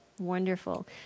Wonderful